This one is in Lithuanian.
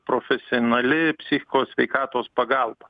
profesionali psichikos sveikatos pagalba